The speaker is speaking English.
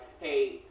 hey